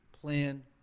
plan